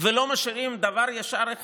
ולא משאירים דבר אחד ישר,